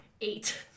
Eight